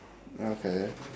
okay